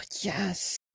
yes